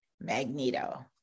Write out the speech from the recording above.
Magneto